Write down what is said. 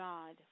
God